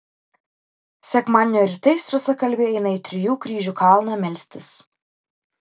sekmadienio rytais rusakalbiai eina į trijų kryžių kalną melstis